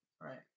Right